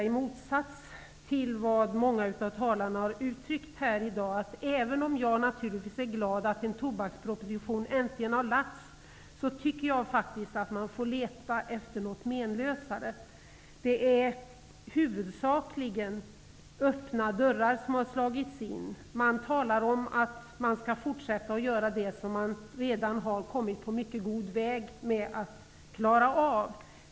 I motsats till vad många av talarna sagt i dag måste jag säga att även om jag naturligtvis är glad att en tobaksproposition äntligen har lagts fram, tycker jag att man får leta efter något menlösare. Huvudsakligen slår man in öppna dörrar. Man talar om att man skall göra det man redan har kommit på mycket god väg med att klara av.